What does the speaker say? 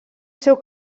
seu